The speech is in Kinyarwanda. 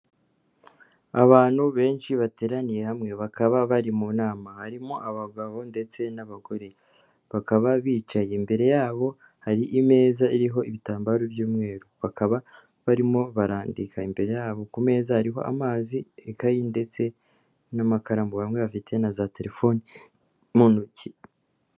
Abantu benshi bateraniye hamwe, bakaba bari mu nama, harimo abagabo ndetse n'abagore, bakaba bicaye, imbere yabo hari imeza iriho ibitambaro by'umweru, bakaba barimo barandika, imbere yabo ku meza hariho amazi ikayi ndetse n'amakaramu, bamwe bafite na za telefoni mu ntoki.